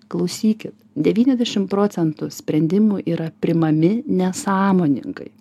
klausykit devyniasdešim procentų sprendimų yra priimami nesąmoningai